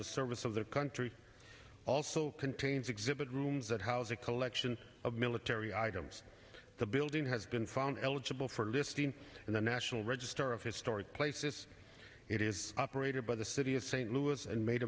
the service of their country also contains exhibit rooms that house a collection of military items the building has been found eligible for listing in the national register of historic places it is operated by the city of st louis and made